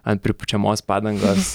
ant pripučiamos padangos